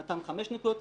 נתן חמש נקודות,